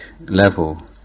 level